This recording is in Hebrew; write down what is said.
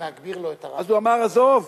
אז הוא אמר: עזוב,